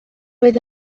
oedd